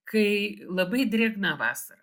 kai labai drėgna vasara